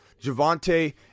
Javante